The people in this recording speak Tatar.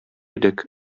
идек